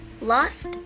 lost